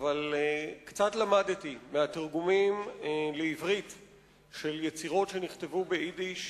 אבל קצת למדתי מהתרגומים לעברית של יצירות שנכתבו ביידיש.